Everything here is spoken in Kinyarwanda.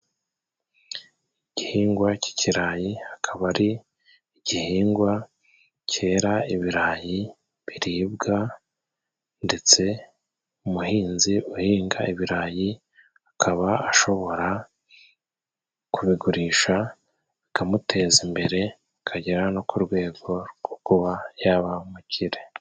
Igihingwa cy'ikirayi kikaba ari igihingwa cyera ibirayi biribwa ndetse umuhinzi uhinga ibirayi akaba ashobora kubigurisha bikamuteza imbere akagera no ku rwego rwo kuba yaba umukire.